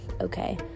okay